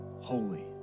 holy